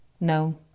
no